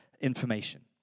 information